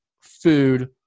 food